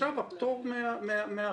עכשיו הפטור מההכנסות.